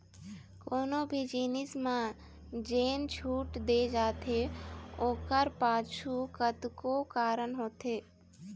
कोनो भी जिनिस म जेन छूट दे जाथे ओखर पाछू कतको कारन होथे